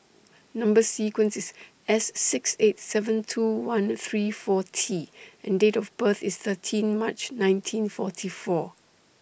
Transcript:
Number sequence IS S six eight seven two one three four T and Date of birth IS thirteen March nineteen forty four